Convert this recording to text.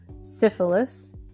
syphilis